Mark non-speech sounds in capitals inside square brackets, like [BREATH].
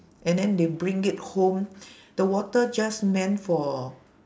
and then they bring it home [BREATH] the water just meant for